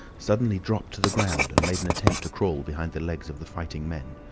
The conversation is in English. suddenly dropped to the ground and made an attempt to crawl behind the legs of the fighting men.